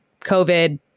COVID